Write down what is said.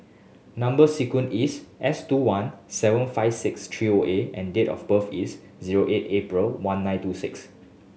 number sequence is S two one seven five six three O A and date of birth is zero eight April one nine two six